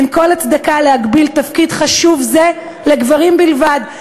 אין כל הצדקה להגביל תפקיד חשוב זה לגברים בלבד.